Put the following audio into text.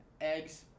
Eggs